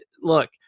look